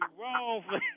wrong